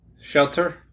Shelter